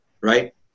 Right